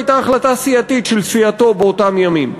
הייתה החלטה סיעתית של סיעתו באותם ימים,